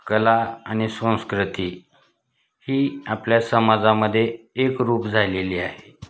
कला आणि संस्कृती ही आपल्या समाजामध्ये एकरूप झालेली आहे